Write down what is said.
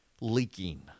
leaking